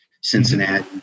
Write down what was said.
Cincinnati